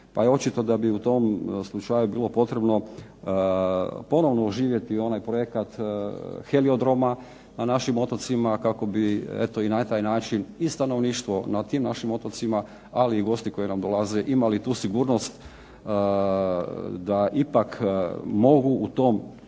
očito da bi u tom slučaju bilo potrebno ponovno oživjeti onaj projekat heliodroma na našim otocima kako bi eto i na taj način i stanovništvo na tim našim otocima ali i gosti koji nam dolaze imali tu sigurnost da ipak mogu u tom